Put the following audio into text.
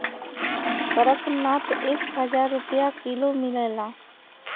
कड़कनाथ एक हजार रुपिया किलो मिलेला